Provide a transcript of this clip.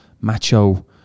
macho